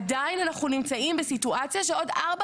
עדיין אנחנו נמצאים בסיטואציה שעוד ארבע